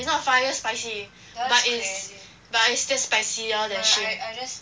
it's not fire spicy but is but is still spicier than Shin